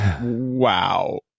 Wow